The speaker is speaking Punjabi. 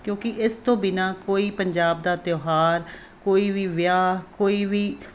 ਕਿਉਂਕਿ ਇਸ ਤੋਂ ਬਿਨਾਂ ਕੋਈ ਪੰਜਾਬ ਦਾ ਤਿਉਹਾਰ ਕੋਈ ਵੀ ਵਿਆਹ ਕੋਈ ਵੀ